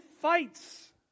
fights